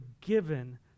given